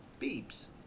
Beeps